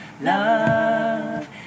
love